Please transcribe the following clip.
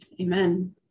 Amen